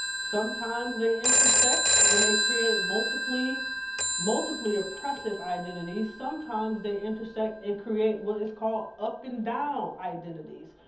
sometimes they intersect and they create multiply multiply oppressive identities. sometimes they intersect and create what is called up and down identities.